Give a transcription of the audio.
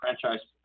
franchise